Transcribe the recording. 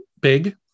big